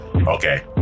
Okay